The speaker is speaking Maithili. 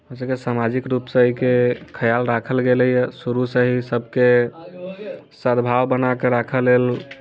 हमरासभके सामाजिक रूप एहिके ख्याल राखल गेलैए शुरूसँ ही सभके सद्भाव बना कऽ राखय लेल